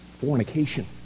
fornication